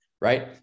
right